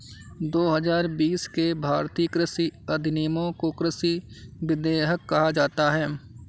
दो हजार बीस के भारतीय कृषि अधिनियमों को कृषि विधेयक कहा जाता है